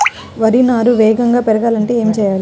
వరి నారు వేగంగా పెరగాలంటే ఏమి చెయ్యాలి?